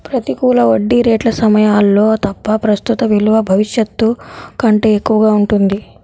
ప్రతికూల వడ్డీ రేట్ల సమయాల్లో తప్ప, ప్రస్తుత విలువ భవిష్యత్తు కంటే ఎక్కువగా ఉంటుంది